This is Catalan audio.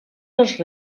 les